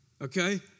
okay